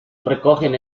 recogen